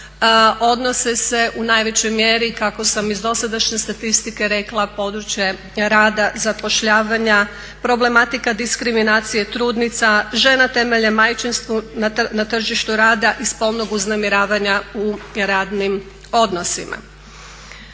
odnose se u najvećoj mjeri kako sam iz dosadašnje statistike rekla područje rada, zapošljavanja, problematika diskriminacije trudnica, žena temeljem majčinstva na tržištu rada i spolnog uznemiravanja u radnim odnosima.